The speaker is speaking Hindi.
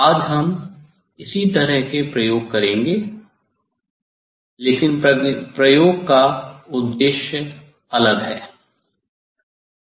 आज हम इसी तरह के प्रयोग करेंगे लेकिन प्रयोग का उद्देश्य अलग है